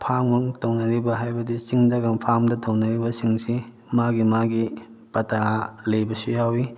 ꯐꯥꯝꯒ ꯇꯧꯅꯔꯤꯕ ꯍꯥꯏꯕꯗꯤ ꯆꯤꯡꯗꯒ ꯐꯥꯝꯗ ꯇꯧꯅꯔꯕꯁꯤꯡꯁꯤ ꯃꯥꯒꯤ ꯃꯥꯒꯤ ꯄꯇꯥ ꯂꯩꯕꯁꯨꯨ ꯌꯥꯎꯏ